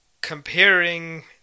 comparing